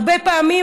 הרבה פעמים,